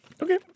okay